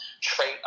trait